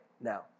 now